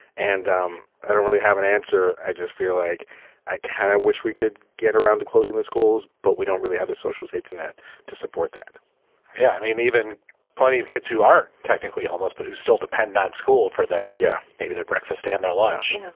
and um i don't really have an answer. i just feel like i kind of wish we could get around to closing the schools, but we don't really have the social safety net to support that yeah, i mean, even plenty of kids who aren't technically homeless, but who still depend on school for their. yeah. maybe their breakfast and their lunch.